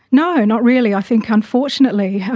no, not really. i think, unfortunately,